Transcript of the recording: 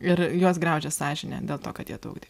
ir juos graužia sąžinė dėl to kad jie daug dirba